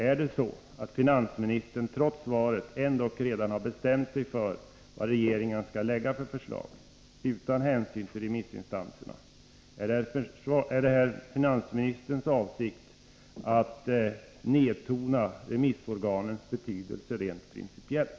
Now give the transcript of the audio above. Är det så att finansministern, trots svaret, redan har bestämt sig för vilket förslag regeringen skall lägga fram utan hänsyn till remissinstanserna, eller är det finansministerns avsikt att nedtona remissorganens betydelse rent principiellt?